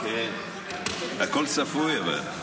אבל הכול צפוי.